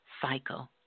cycle